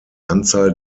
anzahl